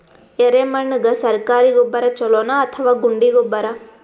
ಎರೆಮಣ್ ಗೆ ಸರ್ಕಾರಿ ಗೊಬ್ಬರ ಛೂಲೊ ನಾ ಅಥವಾ ಗುಂಡಿ ಗೊಬ್ಬರ?